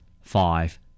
Five